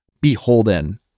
beholden